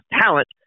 talent